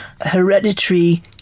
hereditary